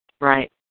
right